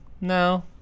no